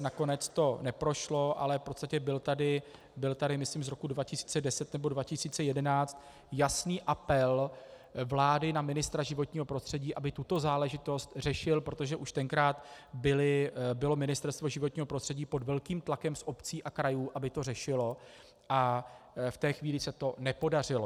Nakonec to neprošlo, ale v podstatě byl tady, myslím z roku 2010 nebo 2011, jasný apel vlády na ministra životního prostředí, aby tuto záležitost řešil, protože už tenkrát bylo Ministerstvo životního prostředí pod velkým tlakem z obcí a krajů, aby to řešilo, a v té chvíli se to nepodařilo.